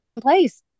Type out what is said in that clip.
place